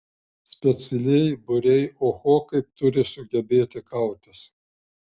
specialieji būriai oho kaip turi sugebėti kautis